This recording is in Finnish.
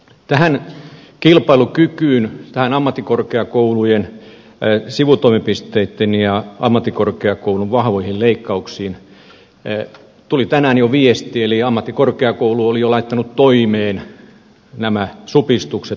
tähän kilpailukykyyn tähän ammattikorkeakoulujen sivutoimipisteitten ja ammattikorkeakoulun vahvoihin leikkauksiin tuli tänään jo viesti eli ammattikorkeakoulu oli jo laittanut toimeen nämä supistukset